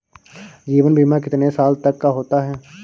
जीवन बीमा कितने साल तक का होता है?